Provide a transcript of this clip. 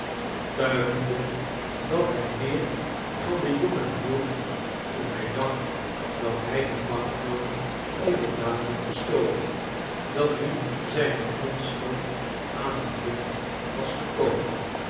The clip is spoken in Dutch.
betuigende dat hij meer van den jongen hield toen hij dacht dat hij de banknoot inderdaad had gestolen dan nu zijne onschuld aan het licht was gekomen